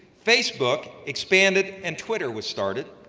facebook expanded and twitter was started,